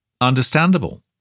understandable